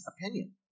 opinion